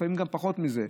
לפעמים גם פחות מזה.